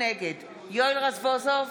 נגד יואל רזבוזוב,